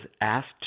asked